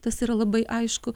tas yra labai aišku